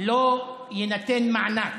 לא יינתן מענק.